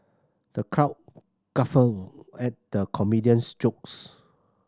the crowd guffawed at the comedian's jokes